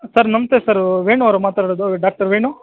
sir ನಮಸ್ತೆ sir Venu ಅವ್ರಾ ಮಾತಾಡೋದು ಡಾಕ್ಟರ್ ವೇಣು